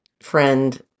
friend